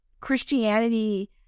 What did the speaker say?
Christianity